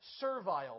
servile